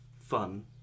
fun